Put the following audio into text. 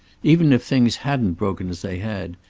even if things hadn't broken as they had,